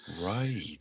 right